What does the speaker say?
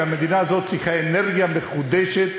והמדינה הזו צריכה אנרגיה מחודשת,